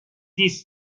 this